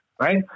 right